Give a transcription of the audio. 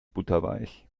butterweich